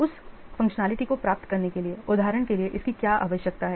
उस फंक्शनैलिटी को प्राप्त करने के लिए उदाहरण के लिए इसकी क्या आवश्यकता है